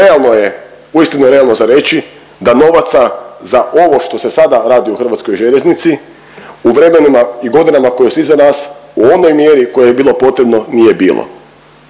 Realno je, uistinu realno za reći da novaca za ovo što se sada radi u hrvatskoj željeznici u vremenima i godinama koje su iza nas u onoj mjeri u kojoj je bilo potrebno, nije bilo.